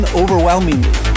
overwhelmingly